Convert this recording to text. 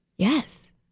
Yes